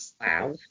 Wow